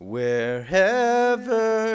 Wherever